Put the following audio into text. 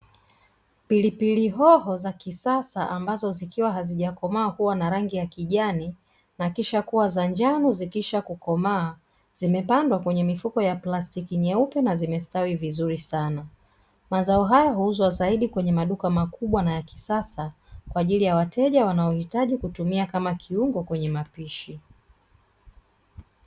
Pilipili hoho za kisasa ambazo zikiwa hazijakomaa huwa na rangi ya kijani, na kisha kuwa za njano zikishakukomaa, zimepandwa kwenye mifuko ya plastiki nyeupe na zimestawi vizuri sana. Mazao haya huuzwa zaidi kwenye maduka makubwa na ya kisasa kwa ajili ya wateja wanaohitaji kutumia kama kiungo kwenye mapishi.